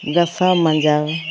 ᱜᱟᱥᱟᱣᱼᱢᱟᱸᱡᱟᱣ